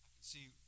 see